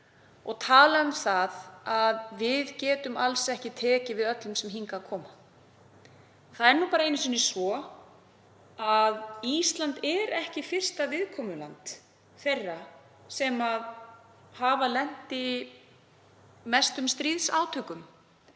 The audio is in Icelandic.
og tala um að við getum alls ekki tekið við öllum sem hingað koma. Það er nú einu sinni svo að Ísland er ekki fyrsta viðkomuland þeirra sem hafa lent í mestum stríðsátökum